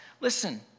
listen